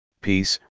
peace